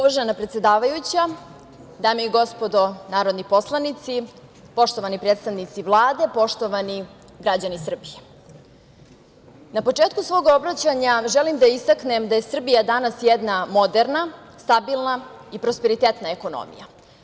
Uvažena predsedavajuća, dame i gospodo narodni poslanici, poštovani predstavnici Vlade, poštovani građani Srbije, na početku svog obraćanja želim da istaknem da je Srbija danas jedna moderna, stabilna i prosperitetna ekonomija.